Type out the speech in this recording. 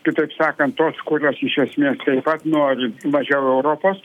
kitaip sakant tos kurios iš esmės taip pat nori mažiau europos